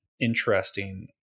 interesting